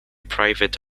private